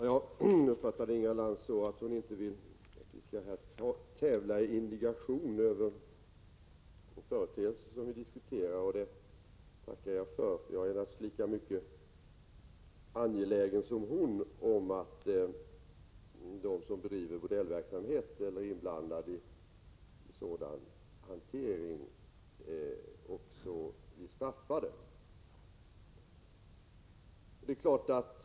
Herr talman! Jag uppfattade Inga Lantz så, att hon inte vill att vi här skall tävla i indignation över företeelser som vi diskuterar, och det tackar jag för. Jag är naturligtvis lika angelägen som hon om att de som bedriver bordellverksamhet eller som är inblandad i en sådan hantering också blir straffade.